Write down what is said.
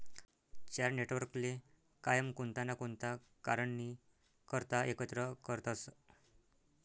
चार नेटवर्कले कायम कोणता ना कोणता कारणनी करता एकत्र करतसं